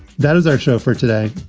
that is our show for today.